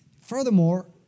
Furthermore